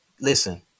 listen